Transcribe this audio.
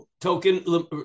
Token